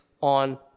on